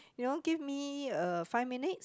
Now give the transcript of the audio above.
you know give me uh five minutes